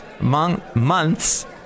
months